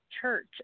church